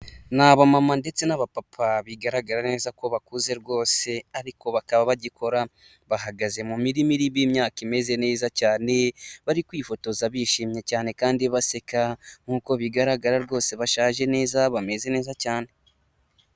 Ni abamama ndetse n'abapapa bigaragara neza ko bakuze rwose ariko bakaba bagikora, bahagaze mu mirima irimo imyaka imeze neza cyane, bari kwifotoza bishimye cyane kandi baseka nk'uko bigaragara rwose bashaje neza bameze neza cyane.